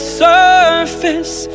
surface